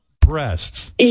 breasts